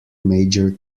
major